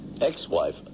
Ex-wife